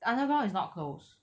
underground is not closed